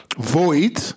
void